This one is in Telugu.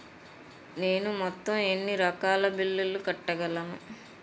నేను మొత్తం ఎన్ని రకాల బిల్లులు కట్టగలను?